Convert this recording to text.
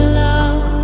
love